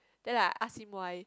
then I ask him why